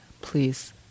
please